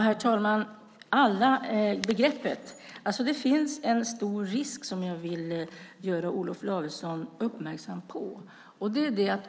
Herr talman! "Alla" är begreppet. Det finns en stor risk som jag vill göra Olof Lavesson uppmärksam på.